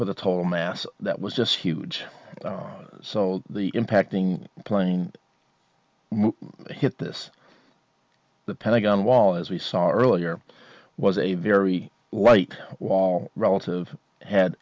with a total mass that was just huge so the impacting plane hit this the pentagon wall as we saw earlier was a very light wall relative had